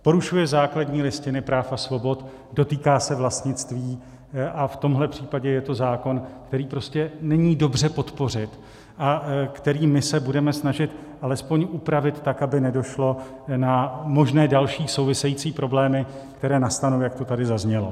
Porušuje základní listinu práv a svobod, dotýká se vlastnictví, a v tomto případě je to zákon, který prostě není dobře podpořit a který my se budeme snažit alespoň upravit tak, aby nedošlo na možné další související problémy, které nastanou, jak to tady zaznělo.